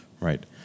Right